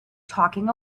talking